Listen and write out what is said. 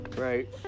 Right